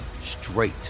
straight